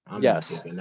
Yes